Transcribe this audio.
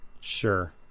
Sure